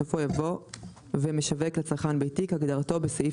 בסופו יבוא "ו"משווק לצרכן ביתי" כהגדרתו בסעיף